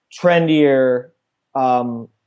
trendier